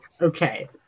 Okay